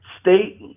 state